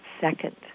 second